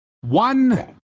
One